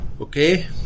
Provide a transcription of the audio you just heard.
okay